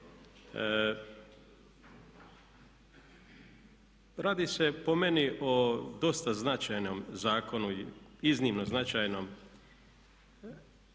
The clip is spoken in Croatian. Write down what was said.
radi se po meni o dosta značajnom zakonu i iznimno značajnom i dobro